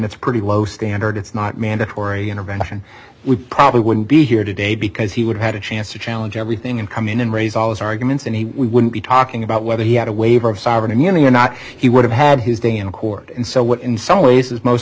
that's a pretty low standard it's not mandatory intervention we probably wouldn't be here today because he would have a chance to challenge everything and come in and raise all these arguments and he wouldn't be talking about whether he had a waiver of sovereign immunity or not he would have had his day in court and so what in some ways is most